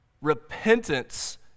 Repentance